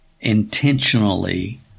intentionally